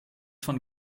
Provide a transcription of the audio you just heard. von